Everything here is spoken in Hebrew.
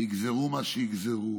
יגזרו מה שיגזרו,